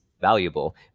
valuable